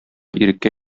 иреккә